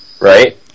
right